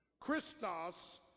Christos